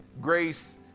grace